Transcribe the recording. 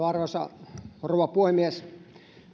arvoisa rouva puhemies